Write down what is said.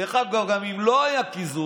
דרך אגב, גם אם לא היה קיזוז,